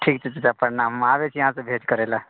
ठीक छै चाचा प्रणाम हम आबैत छी अहाँसँ भेट करै लऽ